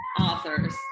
authors